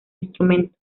instrumento